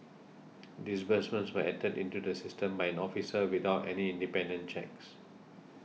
disbursements were entered into the system by an officer without any independent checks